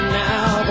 now